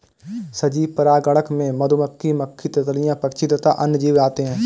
सजीव परागणक में मधुमक्खी, मक्खी, तितलियां, पक्षी तथा अन्य जीव आते हैं